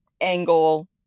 angle